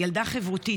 ילדה חברותית,